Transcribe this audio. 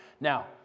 Now